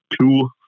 two